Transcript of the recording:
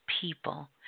people